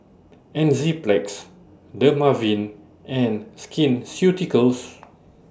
Enzyplex Dermaveen and Skin Ceuticals